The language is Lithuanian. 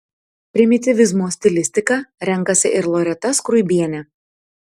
primityvizmo stilistiką renkasi ir loreta skruibienė